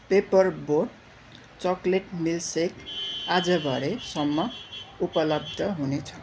paper boat chocolate milkshake आज भरेसम्म उपलब्ध हुने छ